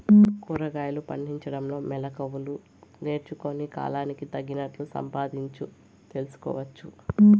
కూరగాయలు పండించడంలో మెళకువలు నేర్చుకుని, కాలానికి తగినట్లు సంపాదించు తెలుసుకోవచ్చు